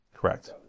Correct